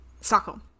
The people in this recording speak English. Stockholm